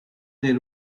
their